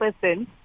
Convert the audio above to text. person